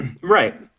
Right